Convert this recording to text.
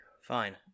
Fine